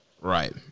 Right